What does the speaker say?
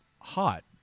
hot